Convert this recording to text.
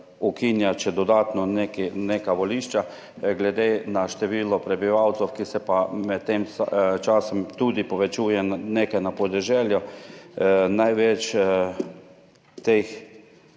ukinjati še dodatno neka volišča glede na število prebivalcev, ki se pa med tem časom tudi povečuje nekaj na podeželju, največ teh,